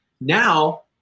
now